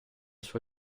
sua